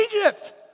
Egypt